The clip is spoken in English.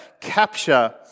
capture